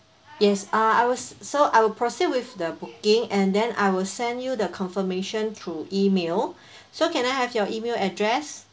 yes uh I will so I will proceed with the booking and then I will send you the confirmation through E-mail so can I have your E-mail address